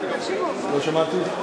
לא שמעתי.